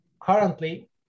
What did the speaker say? Currently